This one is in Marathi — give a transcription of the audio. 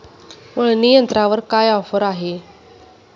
मळणी यंत्रावर काय ऑफर आहे?